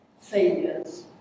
failures